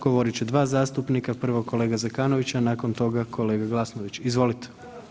Govorit će 2 zastupnika, prvo kolega Zekanović, a nakon toga kolega Glasnović, izvolite.